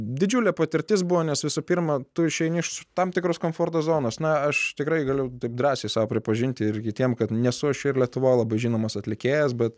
didžiulė patirtis buvo nes visų pirma tu išeini iš tam tikros komforto zonos na aš tikrai galiu taip drąsiai sau pripažinti ir kitiem kad nesu aš ir lietuvoj labai žinomas atlikėjas bet